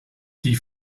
die